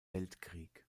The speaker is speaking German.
weltkrieg